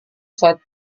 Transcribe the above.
saat